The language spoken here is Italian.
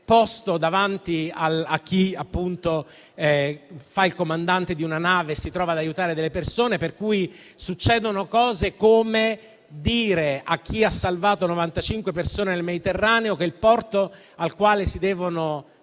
posto davanti a chi fa il comandante di una nave e si trova ad aiutare delle persone. Succedono cose per cui a chi ha salvato 95 persone nel Mediterraneo viene detto che il porto al quale si devono dirigere